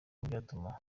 byatuma